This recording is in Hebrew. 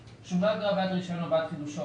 שולמה אגרה בעד רישיון או בעד חידושו,